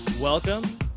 Welcome